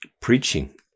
preaching